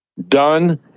done